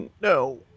No